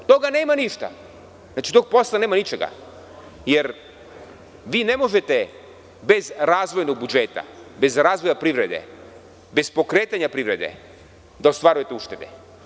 Od toga nema ništa, od tog posla nema ničega, jer ne možete bez razvojnog budžeta, bez razvojne privrede, bez pokretanja privrede da ostvarite uštede.